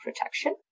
protection